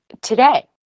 today